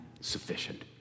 sufficient